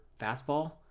fastball